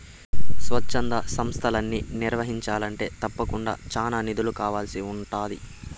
స్వచ్ఛంద సంస్తలని నిర్వహించాలంటే తప్పకుండా చానా నిధులు కావాల్సి ఉంటాది